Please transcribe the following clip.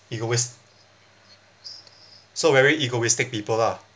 egoist so very egoistic people lah